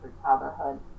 childhood